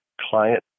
client